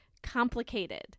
complicated